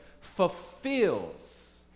fulfills